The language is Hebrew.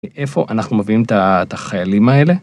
איפה אנחנו מביאים את החיילים האלה.